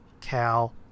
Cal